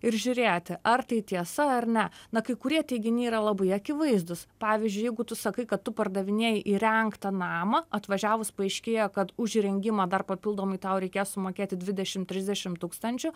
ir žiūrėti ar tai tiesa ar ne na kai kurie teiginiai yra labai akivaizdūs pavyzdžiui jeigu tu sakai kad tu pardavinėji įrengtą namą atvažiavus paaiškėjo kad už įrengimą dar papildomai tau reikės sumokėti dvidešimt trisdešimt tūkstančių